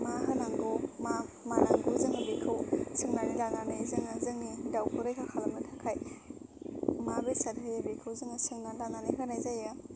मा होनांगौ मा मानांगौ जोङो बेखौ सोंनानै लानानै जोङो जोंनि दावखौ रैखा खालामनो थाखाय मा बेसाद होयो बेखौ जोङो सोंनानै लानानै होनाय जायो